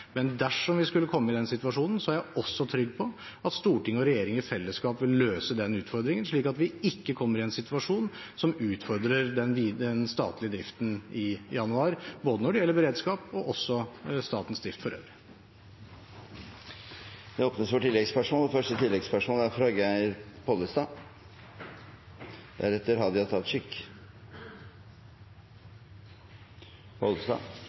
Men dersom vi skulle komme i den situasjonen, er jeg også trygg på at Stortinget og regjeringen i fellesskap vil løse den utfordringen, slik at vi ikke kommer i en situasjon som utfordrer den statlige driften i januar, både når det gjelder beredskap og statens drift for